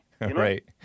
Right